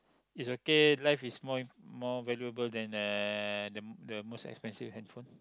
is okay life is more more valuable than the the most expensive handphone